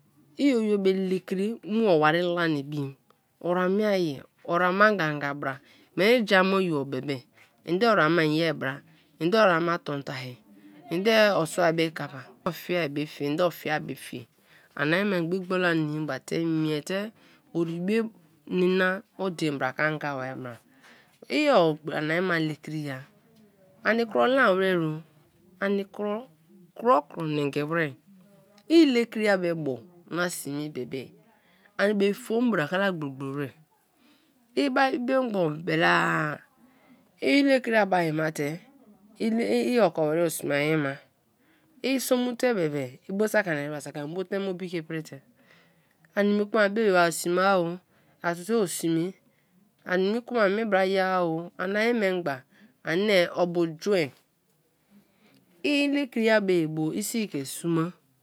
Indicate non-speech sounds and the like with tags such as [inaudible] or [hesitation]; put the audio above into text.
Loyiobe lekri ma owari ibiriki oramie ori ama gangan bra mani jaama oyia bebe ende arama inya bra endw oe ama bon bori a endo osuari be koppa be o fira be fie endo ofira abe fie ariememgba i gbola nimi ba te mie te orĩ be nina odein bra ke anga bai bra i ania ma lekriya kro lawero ani kro kro nengi wer i lekri be bo na sme bebe anbe fan bra kala gbora gboro wer i bai biogbon bele ai lekri ai mate [hesitation] i okori weri o sme ai ma i som mute be be ibo saki ani ereba an bo teme obi ke iprite ani kuma mie oyio oro sme o a siso sme ani kma a bi bra ye o ani memgba ani obu jeri i lekri be a bu isi ke suma.